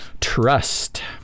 trust